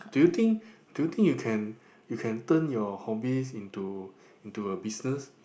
do you think do you think you can you can turn your hobbies into into a business